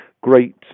great